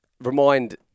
remind